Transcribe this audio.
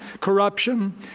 corruption